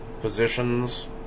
positions